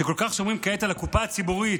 שכל כך שומרים כעת על הקופה הציבורית,